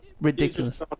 Ridiculous